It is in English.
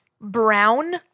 brown-